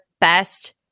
best